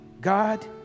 God